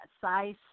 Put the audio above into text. size